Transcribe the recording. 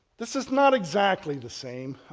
this is not exactly the same.